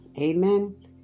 Amen